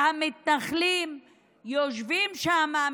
והמתנחלים יושבים שם,